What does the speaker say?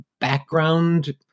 background